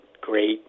great